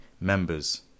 members